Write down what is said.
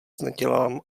nedělám